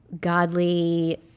godly